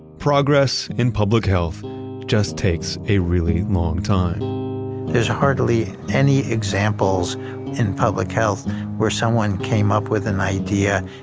progress in public health just takes a really long time there's hardly any examples in public health where someone came up with an idea,